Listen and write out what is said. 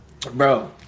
Bro